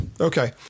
Okay